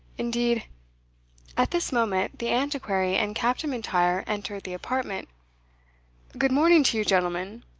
indeed at this moment the antiquary and captain m'intyre entered the apartment good morning to you, gentlemen,